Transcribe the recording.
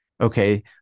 Okay